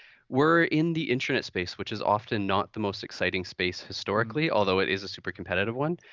we're in the intranet space, which is often not the most exciting space historically, although it is a super competitive one.